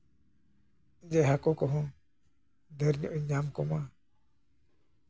ᱦᱟᱹᱠᱩ ᱠᱚᱦᱚᱸ ᱰᱷᱮᱨ ᱧᱚᱜ ᱤᱧ ᱧᱟᱢ ᱠᱚᱢᱟ